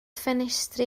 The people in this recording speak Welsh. ffenestri